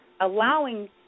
allowing